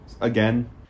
Again